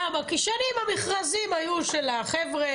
כי שנים המכרזים היו של החבר'ה,